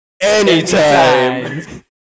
anytime